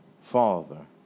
Father